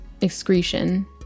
excretion